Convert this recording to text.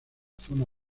zona